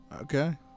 Okay